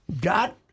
Got